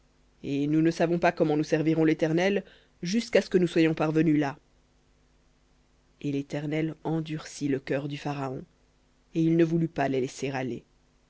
et nous ne savons pas comment nous servirons l'éternel jusqu'à ce que nous soyons parvenus là et l'éternel endurcit le cœur du pharaon et il ne voulut pas les laisser aller